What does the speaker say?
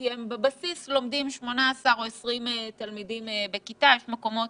כי בבסיס הם לומדים 18 או 20 תלמידים בכיתה ויש מקומות